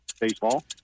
Baseball